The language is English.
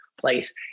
place